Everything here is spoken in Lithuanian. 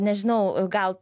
nežinau gal